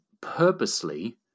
purposely